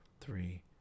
three